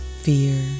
fear